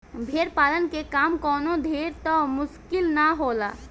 भेड़ पालन के काम कवनो ढेर त मुश्किल ना होला